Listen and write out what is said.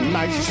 nice